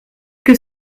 que